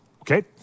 Okay